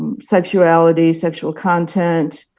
sexuality, sexual content,